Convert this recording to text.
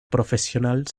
profesional